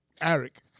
Eric